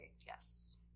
Yes